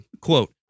Quote